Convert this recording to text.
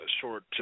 short